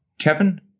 Kevin